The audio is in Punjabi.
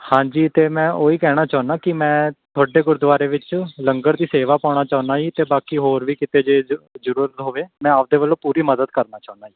ਹਾਂਜੀ ਅਤੇ ਮੈਂ ਉਹੀ ਕਹਿਣਾ ਚਾਹੁੰਦਾ ਕਿ ਮੈਂ ਤੁਹਾਡੇ ਗੁਰਦੁਆਰੇ ਵਿੱਚ ਲੰਗਰ ਦੀ ਸੇਵਾ ਪਾਉਣਾ ਚਾਹੁੰਦਾ ਜੀ ਅਤੇ ਬਾਕੀ ਹੋਰ ਵੀ ਕਿਤੇ ਜੇ ਜ ਜ਼ਰੂਰਤ ਹੋਵੇ ਮੈਂ ਆਪਣੇ ਵੱਲੋਂ ਪੂਰੀ ਮਦਦ ਕਰਨਾ ਚਾਹੁੰਦਾ ਜੀ